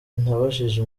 nabajije